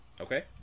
Okay